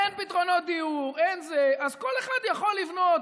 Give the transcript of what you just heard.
אין פתרונות דיור, אין זה, אז כל אחד יכול לבנות.